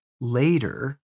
Later